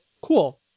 cool